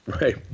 Right